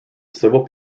civil